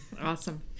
Awesome